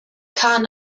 kahn